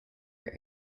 are